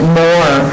more